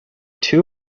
two